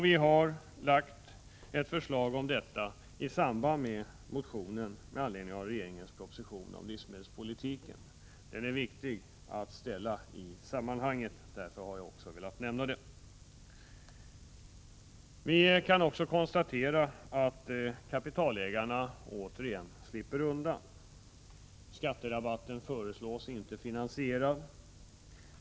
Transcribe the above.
Vpk har lagt förslag om detta i samband med motionen med anledning av regeringens proposition om livsmedelspolitiken. Detta är viktigt att ta fram i sammanhanget, och därför har jag velat nämna det. Vi kan också konstatera att kapitalägarna återigen slipper undan. Skatterabatten föreslås inte finansierad.